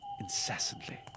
incessantly